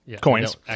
coins